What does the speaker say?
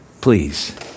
Please